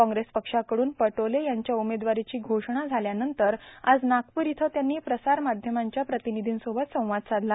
कॉग्रेस पक्षाकडून पटोले यांच्या उमेदवारीची घोषणा झाल्यानंतर आज नागपूर इथं त्यांनी प्रसार माध्यमांच्या प्रतिनिधीसोबत संवाद साधला